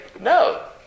No